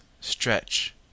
stretch